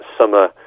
summer